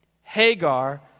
Hagar